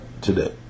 today